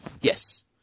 Yes